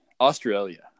Australia